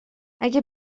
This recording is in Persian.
اگه